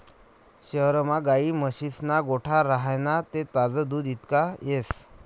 शहरमा गायी म्हशीस्ना गोठा राह्यना ते ताजं दूध इकता येस